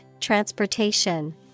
Transportation